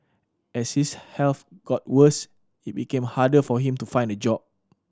as his health got worse it became harder for him to find a job